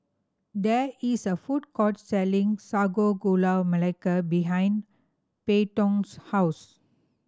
there is a food court selling Sago Gula Melaka behind Peyton's house